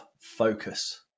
focus